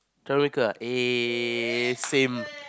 troublemaker ah eh same